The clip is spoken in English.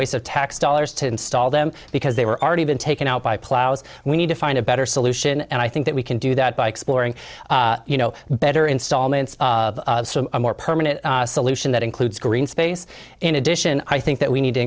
waste of tax dollars to install them because they were already been taken out by plows we need to find a better solution and i think that we can do that by exploring you know better installments of a more permanent solution that includes green space in addition i think that we need to